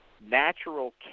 natural